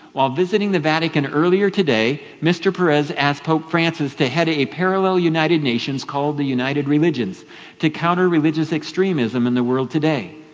while visiting the vatican earlier today, mr peres asked pope francis to head a parallel united nations called the united religions to counter religious extremism in the world today.